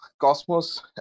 Cosmos